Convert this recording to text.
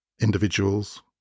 individuals